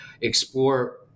explore